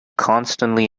constantly